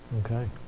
Okay